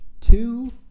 two